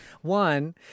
One